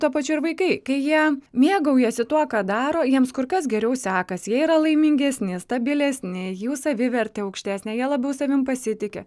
tuo pačiu ir vaikai kai jie mėgaujasi tuo ką daro jiems kur kas geriau sekasi jie yra laimingesni stabilesni jų savivertė aukštesnė jie labiau savim pasitiki